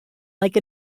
like